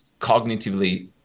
cognitively